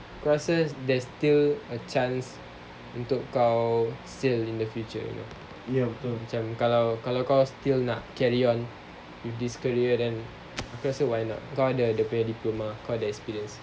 aku rasa there's still a chance untuk kau sail in the future you know macam kalau kau still carry on with this career then aku rasa why not kau ada dia punya diploma kau ada experience